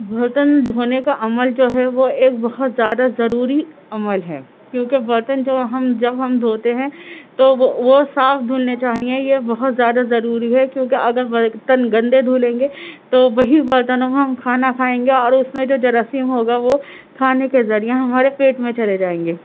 برتن دھونے کا عمل جو ہے وہ ایک بہت زیادہ ضروری عمل ہے کیونکہ برتن جو ہم جب ہم دھوتے ہیں تو وہ وہ صاف دھلنے چاہیے یہ بہت زیادہ ضروری ہے کیونکہ اگر برتن گندے دھلیں گے تو وہی برتن ہم کھانا کھائیں گے اور اس میں جو جراثیم ہوگا وہ کھانے کے ذریعہ ہمارے پیٹ میں چلے جائیں گے